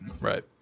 Right